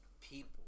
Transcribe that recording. people